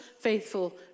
faithful